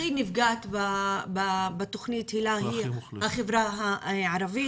הכי נפגעת בתוכנית היל"ה היא החברה הערבית.